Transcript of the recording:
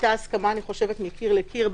היתה הסכמה מקיר לקיר,